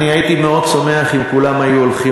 אני הייתי מאוד שמח אם כולם היו הולכים